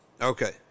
okay